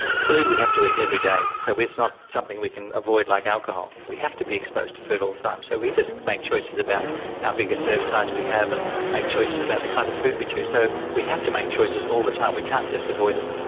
food we have to eat every day, so it's not something we can avoid like alcohol, we have to be exposed to food all the time, so we just make choices about how big a serve size we have and make choices about the kind of food we choose. so we have to make choices all the time, we can't just avoid it.